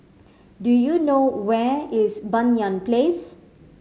do you know where is Banyan Place